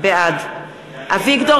בעד אביגדור